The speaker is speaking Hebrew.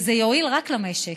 וזה יועיל רק למשק,